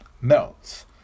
melts